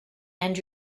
and